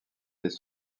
des